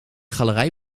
galerij